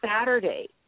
Saturday